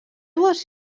dues